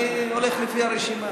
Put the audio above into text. אני הולך לפי הרשימה.